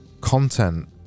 Content